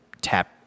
Tap